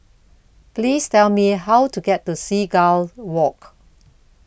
Please Tell Me How to get to Seagull Walk